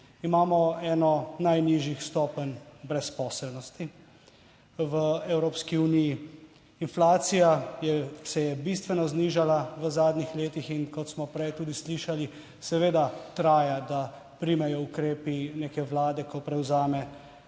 Imamo eno najnižjih stopenj brezposelnosti v Evropski uniji, inflacija se je bistveno znižala v zadnjih letih in kot smo prej tudi slišali seveda traja, da primejo ukrepi neke vlade, ko prevzame